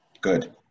Good